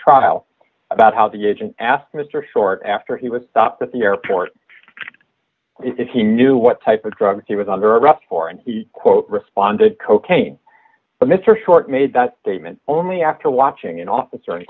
trial about how the agent asked mr schorr after he was stopped at the airport if he knew what type of drugs he was under arrest for and he quote responded cocaine but mr short made that statement only after watching an officer in